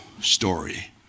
story